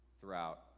throughout